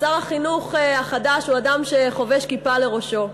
שר החינוך החדש הוא אדם שחובש כיפה לראשו.